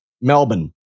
Melbourne